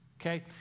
okay